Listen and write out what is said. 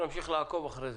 נמשיך לעקוב אחרי זה.